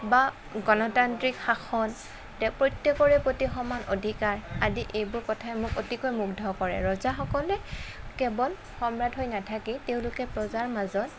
বা গণতান্ত্ৰিক শাসন প্ৰত্যেকৰে প্ৰত্যেক সমান অধিকাৰ আদি এইবোৰ কথাই মোক অতিকৈ মুগ্ধ কৰে ৰজাসকলে কেৱল সম্ৰাট হৈ নাথাকি তেওঁলোকে প্ৰজাৰ মাজত